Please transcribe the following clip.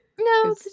No